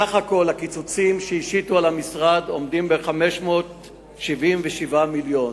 סך הכול הקיצוצים שהשיתו על המשרד עומדים על 577 מיליון,